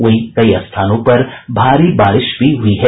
वहीं कई स्थानों पर भारी बारिश भी हुई है